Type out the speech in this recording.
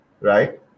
right